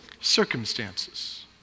circumstances